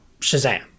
Shazam